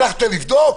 הלכת לבדוק?